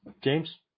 James